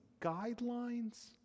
guidelines